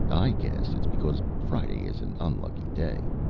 i guess it's because friday is an unlucky day,